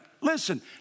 listen